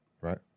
right